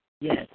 Yes